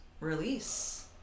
release